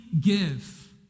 give